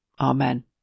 Amen